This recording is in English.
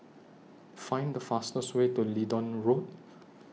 Find The fastest Way to Leedon Road